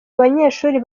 abanyeshuri